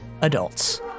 adults